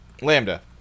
Lambda